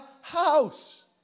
house